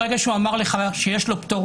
ברגע שהוא אמר לך שיש לו פטור,